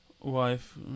wife